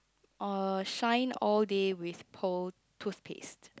uh shine all day with pearl toothpaste